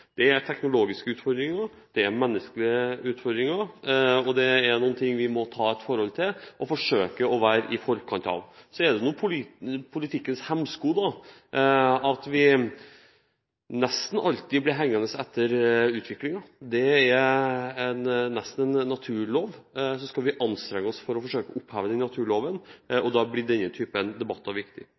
Det er teknologiske utfordringer, og det er menneskelige utfordringer. Dette er noe vi må ha et forhold til, og forsøke å være i forkant av. Så er det politikkens hemsko at vi nesten alltid blir hengende etter utviklingen. Det er nesten en naturlov. Så skal vi anstrenge oss for å forsøke å oppheve den naturloven, og da blir denne typen debatter viktig.